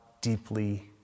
deeply